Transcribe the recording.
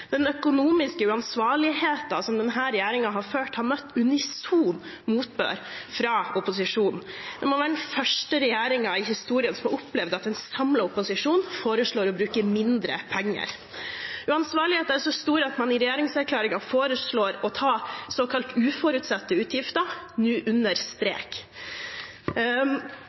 Den økonomiske uansvarligheten denne regjeringen har ført, har møtt unison motbør fra opposisjonen. Dette må være den første regjeringen i historien som har opplevd at en samlet opposisjon foreslår å bruke mindre penger. Uansvarligheten er så stor at man i regjeringserklæringen nå foreslår å ta såkalte uforutsette utgifter